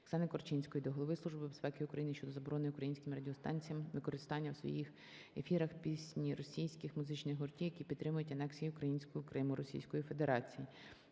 ОксаниКорчинської до Голови Служби безпеки Українищодо заборони українським радіостанціям використання в своїх ефірах пісні російських музичних гуртів, які підтримують анексію українського Криму Російською Федерацією.